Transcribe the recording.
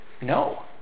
No